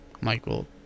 Michael